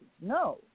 No